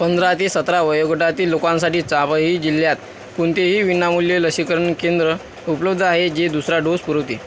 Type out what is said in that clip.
पंधरा ते सतरा वयोगटातील लोकांसाठी चांफई जिल्ह्यात कोणतेही विनामूल्य लसीकरण केंद्र उपलब्ध आहे जे दुसरा डोस पुरवते